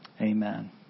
Amen